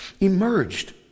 Emerged